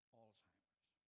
Alzheimer's